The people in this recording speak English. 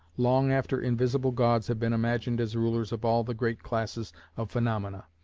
long after invisible gods have been imagined as rulers of all the great classes of phaenomena,